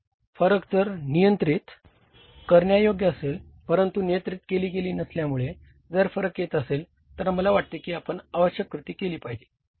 फरक जर नियंत्रित करण्यायोग्य असेल परंतु नियंत्रित केली गेली नसल्यामुळे जर फरक येत असेल तर मला वाटते की आपण आवश्यक कृती केली पाहिजे